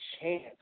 chance